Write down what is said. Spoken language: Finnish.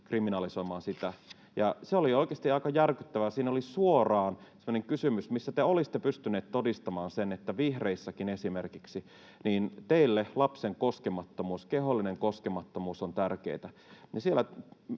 kriminalisoimaan sitä, ja se oli oikeasti aika järkyttävää. Siinä oli suoraan sellainen kysymys, missä te olisitte pystyneet todistamaan sen, että vihreissäkin, esimerkiksi, teille lapsen koskemattomuus, kehollinen koskemattomuus, on tärkeätä.